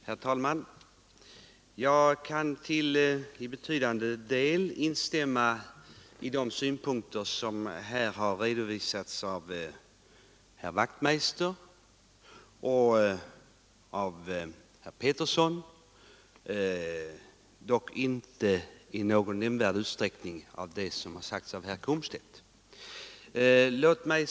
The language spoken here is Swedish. Herr talman! Jag kan till betydande del instämma i de synpunkter som här har redovisats av herr Wachtmeister i Johannishus och herr Petersson i Röstånga men inte i någon nämnvärd utsträckning i det som sagts av herr Komstedt.